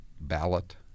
ballot